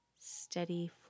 steady